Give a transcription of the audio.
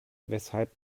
weshalb